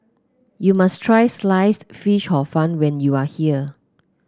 you must try Sliced Fish Hor Fun when you are here